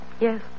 Yes